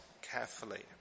carefully